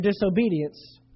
disobedience